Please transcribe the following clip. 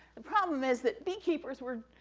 the problem is that beekeepers were